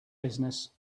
business